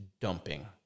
dumping